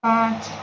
پانچ